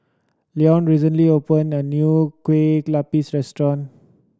Leone recently opened a new Kueh Lupis restaurant